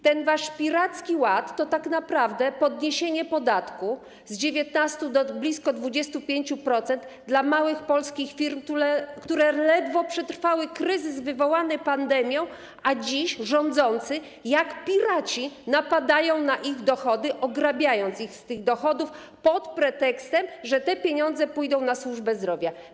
Ten wasz piracki ład to tak naprawdę podniesienie podatku z 19% do blisko 25% dla małych polskich firm, które ledwo przetrwały kryzys wywołany pandemią, a dziś rządzący jak piraci napadają na ich dochody, ograbiając ich z tych dochodów pod pretekstem, że te pieniądze pójdą na służbę zdrowia.